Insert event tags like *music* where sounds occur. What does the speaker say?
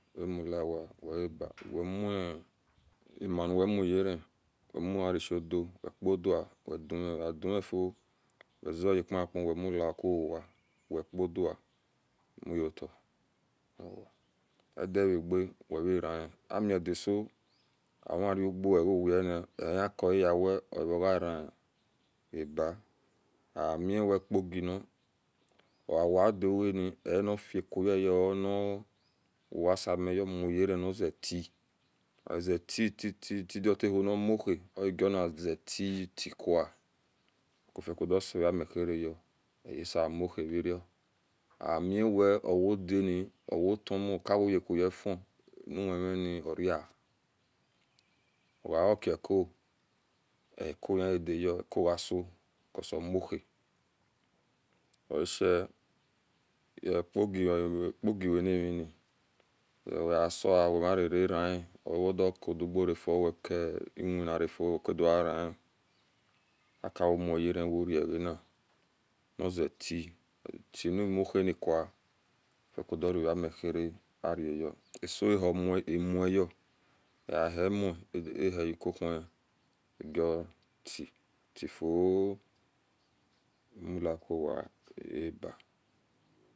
Weramuliwowa weaba *hesitation* wemuma nuweuyera wemuarishodu wekodua wedimi egadimifio wezea pamaku wemuaruwowa wepodua muyota edigiraga evarani amidiso omauguo egaweni ehikau yewe ogara aba amiwe kogi na oanoakayeyo onisimiyo omuyera nizetie ti ti ti ti dotahuo ni moha wegro nizetie ti kua wekudo sovami keryo ehiasemuha viro amiweowodani owota mu omawoye kuyegn anwe mini oria ogno keku-eku hiadiya eku aso cause orun hia oashe *hesitation* kogi kogi oawinamini ivensen wemarere ra ni owidoko dugua okolowinaragin wekudiareni akianmeren woregani nazie ti tia nimohanikua wefiecodu roriminer areyo aso ohimoni yo agahimo arenhykohen goti ti fio mulakowa eba̱.